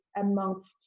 amongst